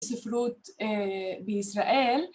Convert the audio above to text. ‫ספרות בישראל.